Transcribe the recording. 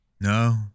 No